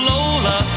Lola